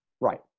Right